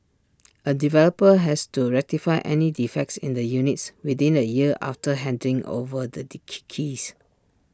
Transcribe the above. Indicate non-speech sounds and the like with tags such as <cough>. A developer has to rectify any defects in the units within A year after handing over the <unintelligible> keys